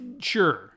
Sure